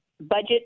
budget